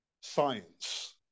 science